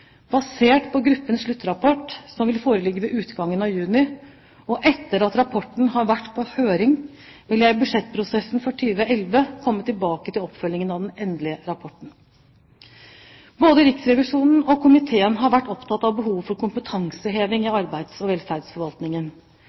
Basert på gruppens sluttrapport som vil foreligge ved utgangen av juni, og etter at rapporten har vært på høring, vil jeg i budsjettproposisjonen for 2011 komme tilbake til oppfølgingen av den endelige rapporten. Både Riksrevisjonen og komiteen har vært opptatt av behovet for kompetanseheving i arbeids- og velferdsforvaltningen.